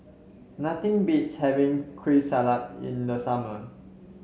nothing beats having Kueh Salat in the summer